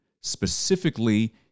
Specifically